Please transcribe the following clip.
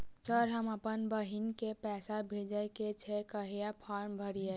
Sir हम अप्पन बहिन केँ पैसा भेजय केँ छै कहैन फार्म भरीय?